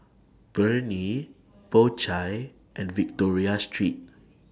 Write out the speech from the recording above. Burnie Po Chai and Victoria Secret